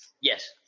Yes